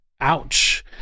Ouch